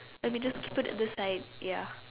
let me just keep it at the side ya